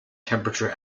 temperature